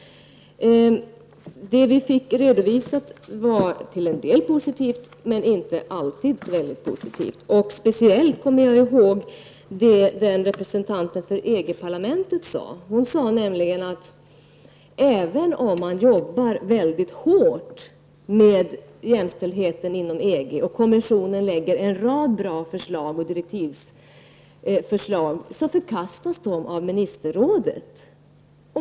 Det vi fick redovisat där var till en del positivt men inte alltid så. Speciellt kommer jag ihåg vad representanten för EG-parlamentet sade. Hon sade att även om man arbetar väldigt hårt med jämställdheten inom EG och kommissionen lägger fram en rad bra direktivförslag, förkastas de av ministerrådet.